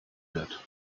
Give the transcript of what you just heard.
wird